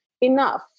enough